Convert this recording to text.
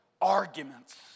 arguments